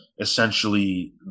essentially